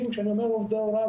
ראשית,